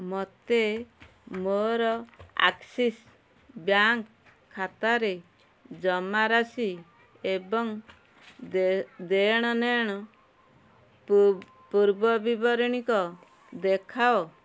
ମୋତେ ମୋର Axis bank ଖାତାରେ ଜମାରାଶି ଏବଂ ଦେଣନେଣ ପୂ ପୂର୍ବ ବିବରଣୀକ ଦେଖାଅ